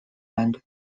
end